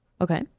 Okay